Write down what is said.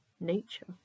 nature